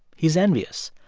he's envious.